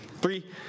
Three